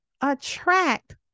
attract